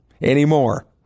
anymore